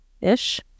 Ish